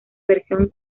versión